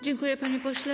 Dziękuję, panie pośle.